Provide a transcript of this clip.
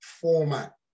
format